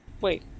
Wait